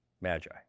magi